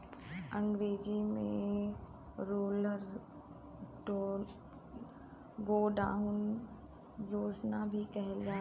अंग्रेजी में rural godown योजना भी कहल जाला